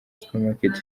supermarket